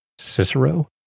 Cicero